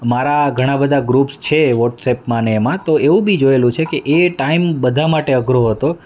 મારા ઘણાબધા ગ્રુપ્સ છે વોટ્સએપમાં ને એમાં તો એવું બી જોયેલું છે કે એ ટાઈમ બધા માટે અઘરો હતો